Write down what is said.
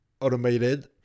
automated